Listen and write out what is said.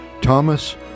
Thomas